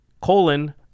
colon